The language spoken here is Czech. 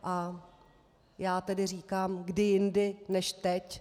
A já tedy říkám: Kdy jindy než teď.